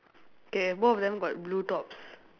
K both of them got blue tops